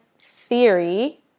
theory